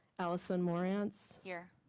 alison more ants, here.